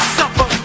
suffer